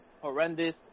horrendous